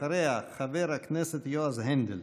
אחריה, חבר הכנסת יועז הנדל.